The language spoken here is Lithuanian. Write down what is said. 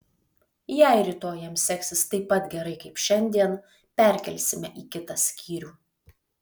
jei rytoj jam seksis taip pat gerai kaip šiandien perkelsime į kitą skyrių